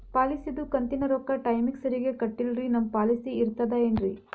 ಪಾಲಿಸಿದು ಕಂತಿನ ರೊಕ್ಕ ಟೈಮಿಗ್ ಸರಿಗೆ ಕಟ್ಟಿಲ್ರಿ ನಮ್ ಪಾಲಿಸಿ ಇರ್ತದ ಏನ್ರಿ?